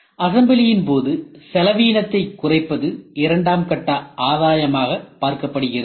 அசம்பிளியின் போது செலவினத்தை குறைப்பது இரண்டாம் கட்ட ஆதாயமாக பார்க்கப்படுகிறது